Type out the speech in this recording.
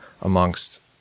amongst